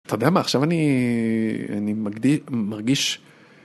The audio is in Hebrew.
אתה יודע מה עכשיו אני אני מרגיש.